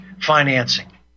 financing